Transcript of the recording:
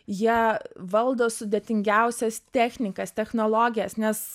jie valdo sudėtingiausias technikas technologijas nes